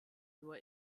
nur